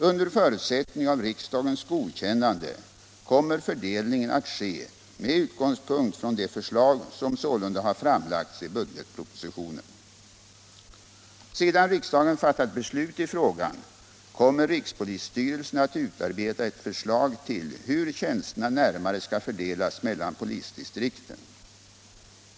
Under förutsättning av riksdagens godkännande kommer fördelningen att ske med utgångspunkt i det förslag som sålunda har framlagts i budgetpropositionen. Sedan riksdagen fattat beslut i frågan kommer rikspolisstyrelsen att polistjänster utarbeta ett förslag till hur tjänsterna närmare skall fördelas mellan polisdistrikten.